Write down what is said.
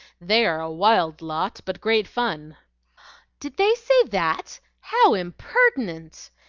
they are a wild lot, but great fun did they say that? how impertinent!